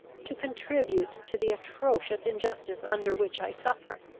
to contribute to the atrocious injustice under which i suffer,